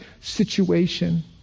situation